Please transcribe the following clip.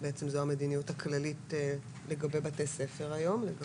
שזאת המדיניות הכללית לגבי בתי ספר היום.